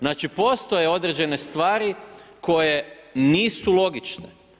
Znači postoje određene stvari koje nisu logične.